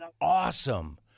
awesome